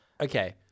Okay